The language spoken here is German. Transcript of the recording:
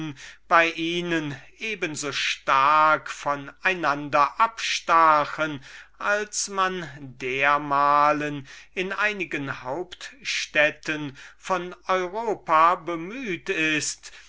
bei ihnen eben so stark mit einander absetzten als man dermalen in gewissen hauptstädten von europa bemüht ist